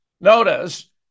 Notice